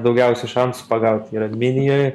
daugiausiai šansų pagaut yra minijoj